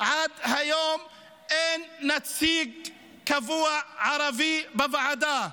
עד היום אין נציג ערבי קבוע בוועדה.